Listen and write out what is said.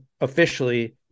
officially